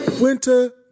Winter